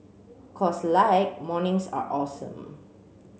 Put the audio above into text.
cause like mornings are awesome